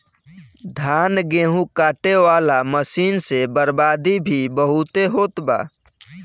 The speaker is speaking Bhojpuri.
धान, गेहूं काटे वाला मशीन से बर्बादी भी बहुते होत बा